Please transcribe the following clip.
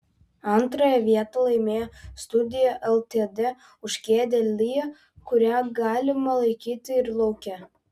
antrąją vietą laimėjo studija ltd už kėdę lya kurią galima laikyti ir lauke